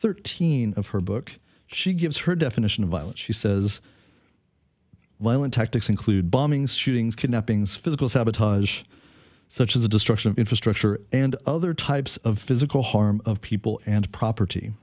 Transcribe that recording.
thirteen of her book she gives her definition of violence she says well in tactics include bombings shootings kidnappings physical sabotage such as the destruction of infrastructure and other types of physical harm of people and property